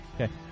Okay